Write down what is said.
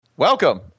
Welcome